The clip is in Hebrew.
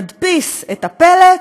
נדפיס את הפלט,